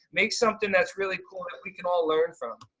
make something that's really cool that we can all learn from.